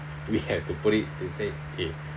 we have to put it to take it